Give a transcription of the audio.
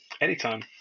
Anytime